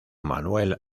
manuel